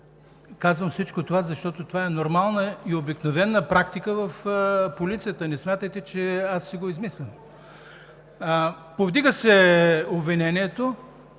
Казвам всичко това, защото това е обикновена, нормална практика в полицията. Не смятайте, че аз си го измислям. Повдига се обвинението.